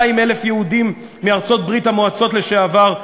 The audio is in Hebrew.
ו-200,000 יהודים מארצות ברית-המועצות לשעבר,